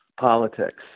Politics